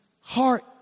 heart